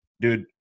dude